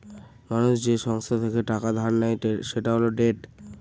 মানুষ যে সংস্থা থেকে টাকা ধার নেয় সেটা হল ডেট